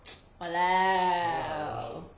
!walao!